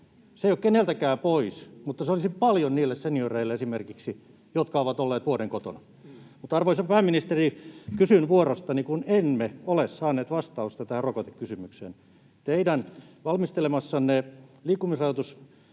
Se ei ole keneltäkään pois, mutta se olisi paljon esimerkiksi niille senioreille, jotka ovat olleet vuoden kotona. Mutta, arvoisa pääministeri, kysyn vuorostani, kun emme ole saaneet vastausta tähän rokotekysymykseen: Teidän valmistelemassanne liikkumisrajoituslakiesityksessä